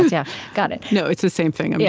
yeah, got it no, it's the same thing. and yeah